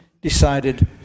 decided